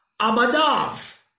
abadav